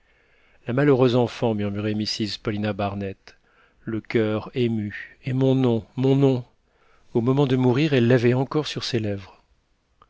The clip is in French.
la malheureuse enfant murmurait mrs paulina barnett le coeur ému et mon nom mon nom au moment de mourir elle l'avait encore sur ses lèvres